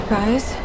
Guys